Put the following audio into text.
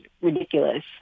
ridiculous